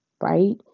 right